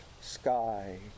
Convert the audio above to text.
sky